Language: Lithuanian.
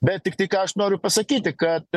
bet tik tai ką aš noriu pasakyti kad